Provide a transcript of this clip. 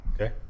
Okay